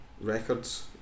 Records